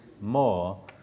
more